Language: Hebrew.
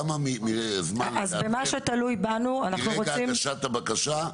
כמה זמן עובר מיום הגשת הבקשה,